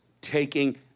taking